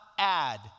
Add